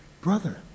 Brother